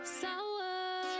sour